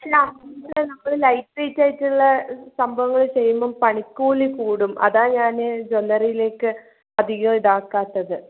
അല്ല നമ്മൾ light weight ആയിട്ടുള്ള സംഭവം ചെയ്യുമ്പോൾ പണിക്കൂലി കൂടും അതാണ് ഞാൻ ജ്വല്ലറിയിലേക്ക് അധികം ഇതാക്കാത്തത്